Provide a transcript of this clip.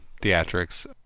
theatrics